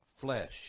flesh